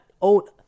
old